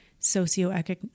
socioeconomic